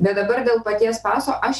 bet dabar dėl paties paso aš